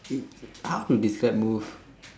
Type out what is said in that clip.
it how to describe move